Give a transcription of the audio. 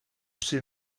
při